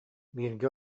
бииргэ